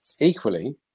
Equally